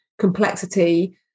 complexity